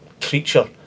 creature